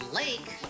lake